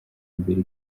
mbere